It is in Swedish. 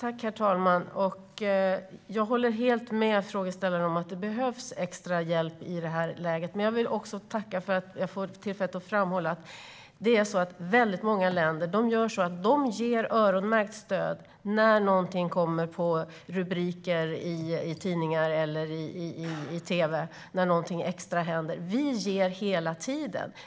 Herr talman! Jag håller helt med frågeställaren om att det behövs extra hjälp. Jag vill också tacka för att jag får tillfälle att framhålla att många länder ger öronmärkt stöd när något extra händer som ger rubriker i tidningar eller tv. Sverige ger hela tiden.